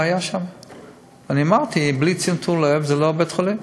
אני אמרתי: בלי צנתור לב זה לא בית-חולים.